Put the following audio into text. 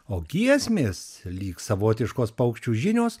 o giesmės lyg savotiškos paukščių žinios